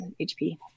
HP